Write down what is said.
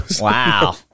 Wow